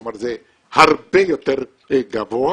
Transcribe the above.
כלומר זה הרבה יותר גבוה.